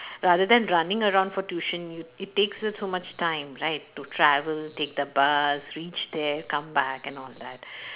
rather than running around for tuition it takes up so much time right to travel take the bus reach there come back and all that